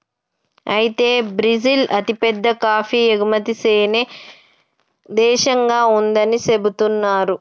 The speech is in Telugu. అయితే బ్రిజిల్ అతిపెద్ద కాఫీ ఎగుమతి సేనే దేశంగా ఉందని సెబుతున్నారు